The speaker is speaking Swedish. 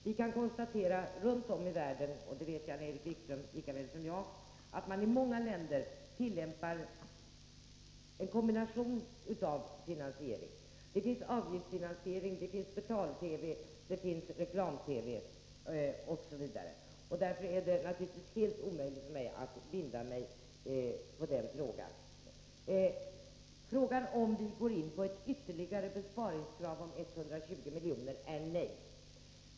Vi kan konstatera att man i många länder runt om i världen, och det vet Jan-Erik Wikström lika väl som jag, tillämpar en kombination av olika finansieringsformer. Det finns avgiftsfinansiering, betal-TV, reklam-TV, osv. Därför är det naturligtvis helt omöjligt för mig att binda mig i den frågan. Beträffande frågan om vi går med på ett ytterligare besparingskrav på 120 milj. blir svaret nej.